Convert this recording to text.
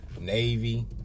Navy